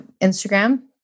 Instagram